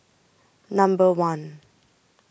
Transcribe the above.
Number one